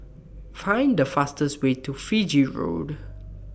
Find The fastest Way to Fiji Road